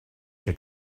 que